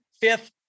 fifth